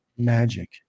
Magic